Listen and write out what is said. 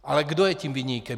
Ale kdo je tím viníkem?